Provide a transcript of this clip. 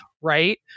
right